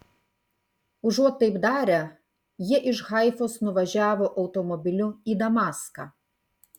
užuot taip darę jie iš haifos nuvažiavo automobiliu į damaską